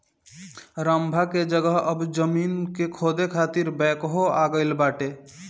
रम्भा की जगह अब जमीन के खोदे खातिर बैकहो आ गईल बाटे